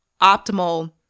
optimal